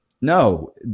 no